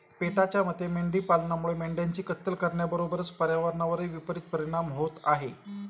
पेटाच्या मते मेंढी पालनामुळे मेंढ्यांची कत्तल करण्याबरोबरच पर्यावरणावरही विपरित परिणाम होत आहे